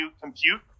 compute